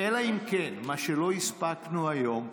אלא אם כן מה שלא הספקנו היום,